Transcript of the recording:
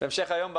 בהמשך היום,